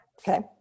Okay